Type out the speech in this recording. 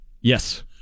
Yes